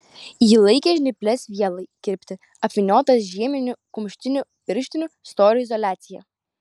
ji laikė žnyples vielai kirpti apvyniotas žieminių kumštinių pirštinių storio izoliacija